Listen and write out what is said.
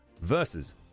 versus